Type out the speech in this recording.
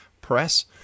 Press